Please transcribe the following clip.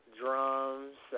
drums